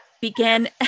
began